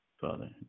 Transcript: Father